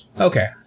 Okay